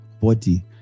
body